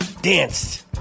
danced